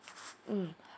mm